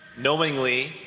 knowingly